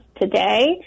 today